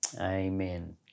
Amen